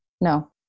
No